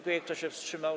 Kto się wstrzymał?